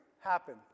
happen